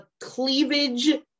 cleavage